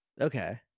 Okay